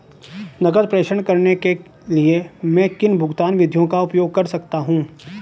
नकद प्रेषण करने के लिए मैं किन भुगतान विधियों का उपयोग कर सकता हूँ?